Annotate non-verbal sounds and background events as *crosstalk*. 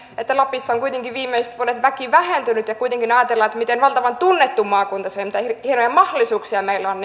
että lapissa on kuitenkin viimeiset vuodet väki vähentynyt ja kuitenkin kun ajatellaan miten valtavan tunnettu maakunta se on miten hienoja mahdollisuuksia meillä on *unintelligible*